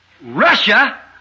Russia